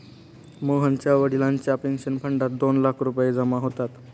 मोहनच्या वडिलांच्या पेन्शन फंडात दोन लाख रुपये जमा होतात